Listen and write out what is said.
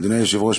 אדוני היושב-ראש,